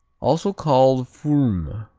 also called fourme,